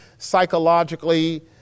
psychologically